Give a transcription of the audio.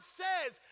says